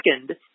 Second